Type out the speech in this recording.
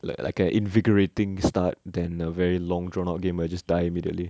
like like an invigorating start than a very long drawn out game where I just die immediately